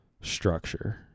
structure